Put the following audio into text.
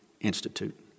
Institute